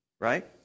right